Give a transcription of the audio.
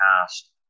past